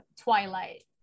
Twilight